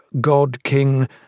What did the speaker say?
god-king